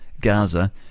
Gaza